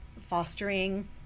fostering